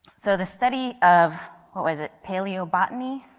so the study of what was it, paley of botany,